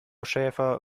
schäfer